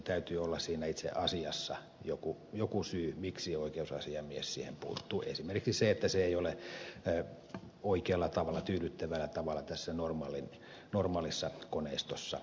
täytyy olla siinä itse asiassa jokin syy miksi oikeusasiamies siihen puuttuu esimerkiksi se että se ei ole oikealla tavalla tyydyttävällä tavalla tässä normaalissa koneistossa edennyt